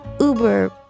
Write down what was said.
Uber